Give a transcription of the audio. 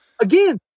again